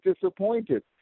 disappointed